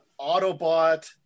Autobot